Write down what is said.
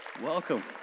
Welcome